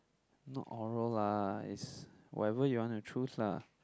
not oral lah is whatever you want to choose lah